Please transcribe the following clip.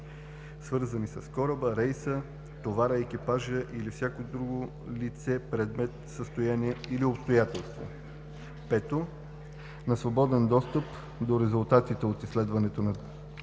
свързани с кораба, рейса, товара, екипажа или всяко друго лице, предмет, състояние или обстоятелство; 5. на свободен достъп до резултатите от изследването на телата